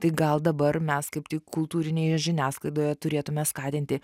tai gal dabar mes kaip tik kultūrinėje žiniasklaidoje turėtume skatinti